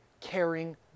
caring